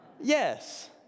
Yes